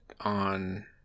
on